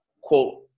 quote